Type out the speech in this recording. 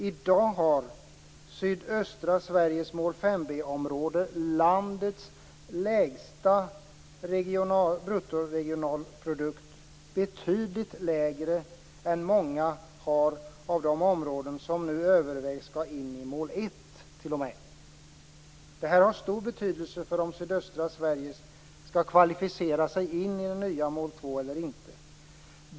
I dag har sydöstra Sveriges mål 5 b-område landets lägsta bruttoregionalprodukt, betydligt lägre än många av de områden som nu övervägs skall ingå i mål 1. Det här har stor betydelse för frågan om sydöstra Sverige kvalificerar sig för det nya mål 2 eller inte.